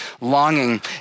longing